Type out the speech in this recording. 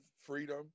freedom